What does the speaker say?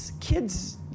kids